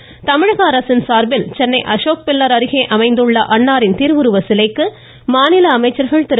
இந்நாளையொட்டி தமிழக அரசின் சார்பில் சென்னை அசோக் பில்லர் அருகே அமைந்துள்ள அண்ணாரின் திருவுருச் சிலைக்கு மாநில அமைச்சர்கள் திரு